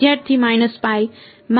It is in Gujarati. વિદ્યાર્થી માં